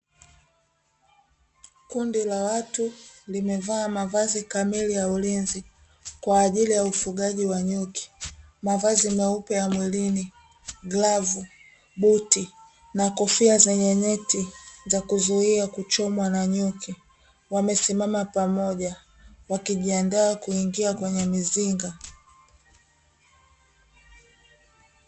Kundi la watu limevaa mavazi kamili ya ulinzi kwa ajili ya ufugaji wa nyuki. Mavazi meupe ya mwilini, glavu, buti na kofia zenye neti za kuzuia kuchomwa na nyuki. Wamesimama pamoja wakijiandaa kuingia kwenye mizinga.